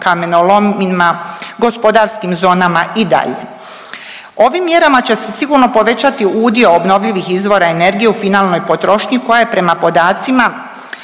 kamenolomima, gospodarskim zonama, i dalje. Ovim mjerama će se sigurno povećati udio obnovljivih izvora energije u finalnoj potrošnji koja je prema podacima